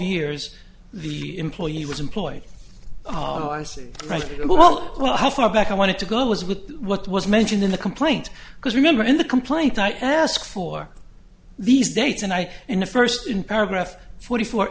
years the employee was employed oh i see right well well how far back i wanted to go was with what was mentioned in the complaint because remember in the complaint i ask for these dates and i am the first in paragraph forty four